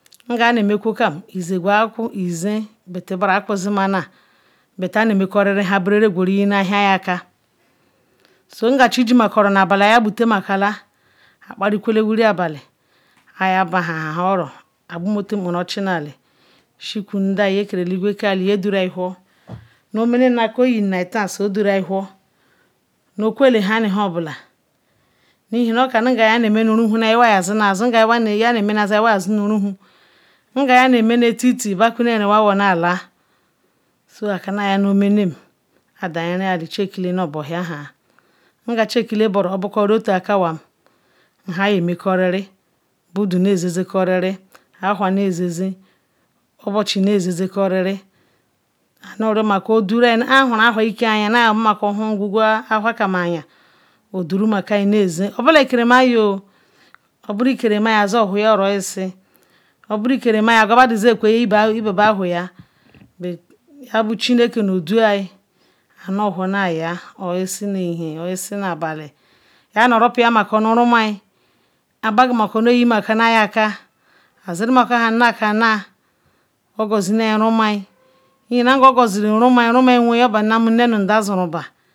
nga ane mekwokam izigu akwo izen bet norau akwo zimana bet ane mecori habaral guru isi aken so nga chichima coro aya butala kpari kwe wiri abali ayai bahancol oro abali i gumetel nubenruchi nuala sukwo nda ke keru elegwe nu eli kana no omeneun tan so dori whor no kwele hanu habaala nu ihinu okar ya na mem nuruhu nu iya yezi na zun ya na mem na zun oyazinu ruhun nga oyazi namer nuetiti bakwon naren wawu nala aker na numen adayirin eli chiekile nubohia ngachi ekila boyala obocari otu haya m nhan ayemecori budo naze cori ahour nazin cori bochina zeuzen cori nuriocoria nu au aku run ahour iken nu aya huncor okwu kwo ahour ke obala ike reinan oboru ikerima azorwa ya orosisi oboru ikerima equan badon zor woya orosisi obo chineke nudoye anu whor neya nusisi ma na bali yasico nurupiena rumin abaga nayin aket adaziri bien na kana ya gozi rumin ihinu ogozile ru min oyoabanu n-ne nu nda muruba